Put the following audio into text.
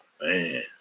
Man